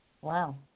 Wow